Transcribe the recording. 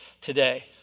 today